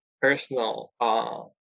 personal